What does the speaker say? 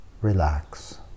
relax